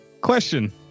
Question